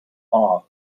awe